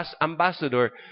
Ambassador